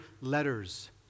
letters